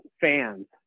fans